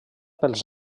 pels